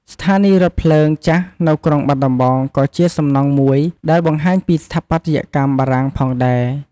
ស្ថានីយរថភ្លើងចាស់នៅក្រុងបាត់ដំបងក៏ជាសំណង់មួយដែលបង្ហាញពីស្ថាបត្យកម្មបារាំងផងដែរ។